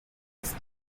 his